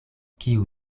kiu